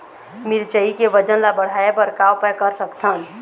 मिरचई के वजन ला बढ़ाएं बर का उपाय कर सकथन?